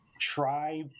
try